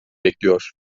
bekliyor